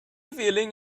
feeling